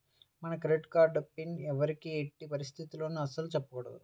మన credit card pin ఎవ్వరికీ ఎట్టి పరిస్థితుల్లోనూ అస్సలు చెప్పకూడదు